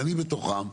ואני בתוכם.